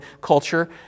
culture